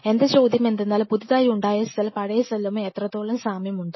എൻറെ ചോദ്യം എന്തെന്നാൽ പുതുതായി ഉണ്ടായ സെൽ പഴയ സെല്ലുമായി എത്രത്തോളം സാമ്യമുണ്ട്